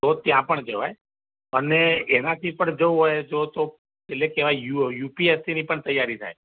તો ત્યાં પણ જવાય અને એનાથી પણ જવું હોય તો તો એટલે કહેવાય યુ યુ પી એસ સીની પણ તૈયારી થાય